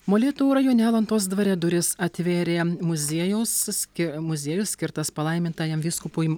molėtų rajone alantos dvare duris atvėrė muziejaus s ski muziejus skirtas palaimintajam vyskupui